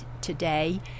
today